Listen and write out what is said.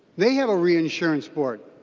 they have a reinsurance board.